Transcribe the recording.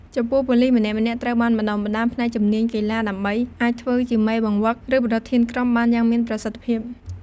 ចំពោះប៉ូលីសម្នាក់ៗត្រូវបានបណ្តុះបណ្តាលផ្នែកជំនាញកីឡា ដើម្បីអាចធ្វើជាមេបង្វឹកឬប្រធានក្រុមបានយ៉ាងមានប្រសិទ្ធិភាព។